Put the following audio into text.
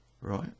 Right